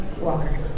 walker